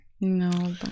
No